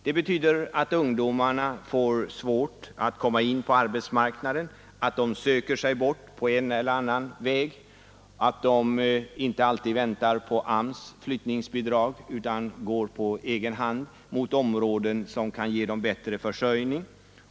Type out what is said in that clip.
Det betyder att ungdomarna får svårt att komma in på arbetsmarknaden, att de söker sig bort på en eller annan väg, att de inte alltid väntar på AMS:s flyttningsbidrag utan går på egen hand mot områden som kan ge dem bättre försörjning.